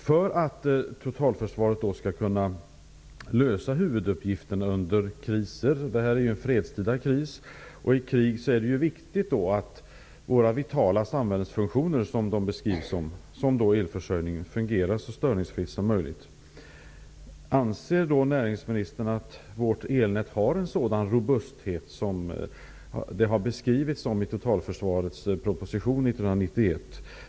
För att totalförsvaret skall kunna klara av huvuduppgifterna under kriser och i krig är det viktigt att våra, som de beskrivs, vitala samhällsfunktioner, t.ex. elförsörjningen, fungerar så störningsfritt som möjligt. Det här handlar ju om en fredstida kris. Anser näringsministern att vårt elnät har en sådan robusthet som det har beskrivits i propositionen om totalförsvaret från 1991?